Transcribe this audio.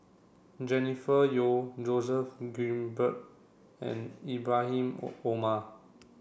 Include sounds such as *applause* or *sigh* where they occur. Jennifer Yeo Joseph Grimberg and Ibrahim *unintelligible* Omar